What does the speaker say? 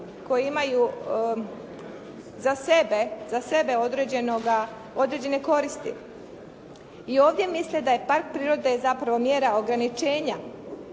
koji imaju za sebe određene koristi. I ovdje misle da je park prirode je zapravo mjera ograničenja